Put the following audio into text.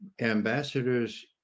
ambassadors